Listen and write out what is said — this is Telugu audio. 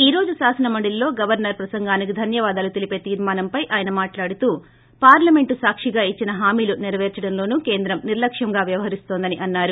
ఈ రోజు శాసనమండలిలో గవర్సర్ ప్రసంగానికి ధన్యవాదాలు తెలిపే తీర్మానంపై ఆయన మాట్లాడుతూ పార్లమెంటు సాక్షిగా ఇచ్చిన హామీలు నెరపేర్చడంలోనూ కేంద్రం నిర్లక్ష్యం వ్యవహరిన్తోందని అన్నారు